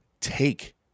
take